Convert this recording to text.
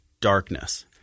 darkness